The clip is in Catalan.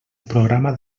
programa